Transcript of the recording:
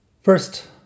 first